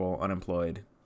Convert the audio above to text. unemployed